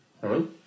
Hello